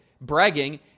bragging